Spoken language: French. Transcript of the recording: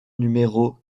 numéro